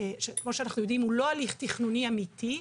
כמו שאנחנו יודעים, הוא לא הליך תכנוני אמיתי,